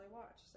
watch